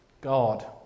God